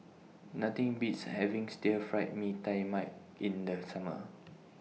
Nothing Beats having Stir Fried Mee Tai Mak in The Summer